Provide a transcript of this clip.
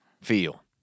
feel